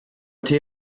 tee